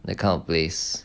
that kind of place